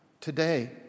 Today